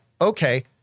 Okay